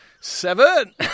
seven